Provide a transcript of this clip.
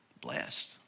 Blessed